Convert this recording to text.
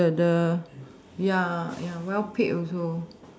the the ya ya well paid also